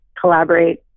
collaborate